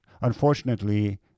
Unfortunately